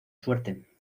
suerte